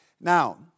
Now